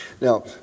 Now